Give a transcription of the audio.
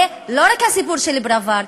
זה לא רק הסיפור של פראוור,